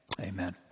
Amen